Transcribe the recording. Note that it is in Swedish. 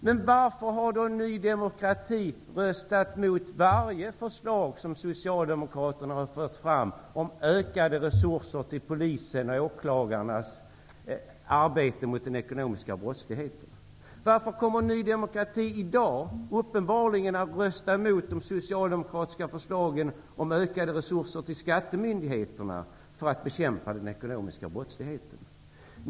Men varför har Ny demokrati då röstat emot varje förslag som Socialdemokraterna har fört fram om ökade resurser till polisens och åklagarnas arbete mot den ekonomiska brottsligheten? Varför kommer Ny demokrati att i dag rösta emot de socialdemokratiska förslagen om ökade resurser till skattemyndigheterna för att bekämpa den ekonomiska brottsligheten?